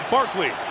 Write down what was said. Barkley